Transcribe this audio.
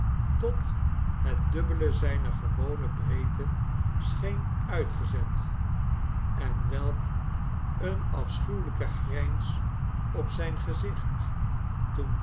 was opgezwollen tothetdubbele zijner gewone breedte scheen uitgezet en welk een afschuwelijke grijns op zijn gezicht toen